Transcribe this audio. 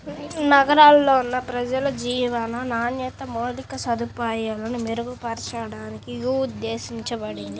నగరాల్లో ఉన్న ప్రజలకు జీవన నాణ్యత, మౌలిక సదుపాయాలను మెరుగుపరచడానికి యీ ఉద్దేశించబడింది